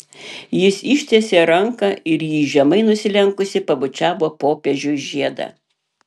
jis ištiesė ranką ir ji žemai nusilenkusi pabučiavo popiežiui žiedą